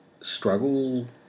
struggle